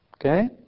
Okay